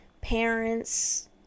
parents